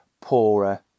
poorer